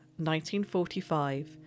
1945